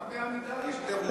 נו, גם ב"עמידר" יש דור ממשיך.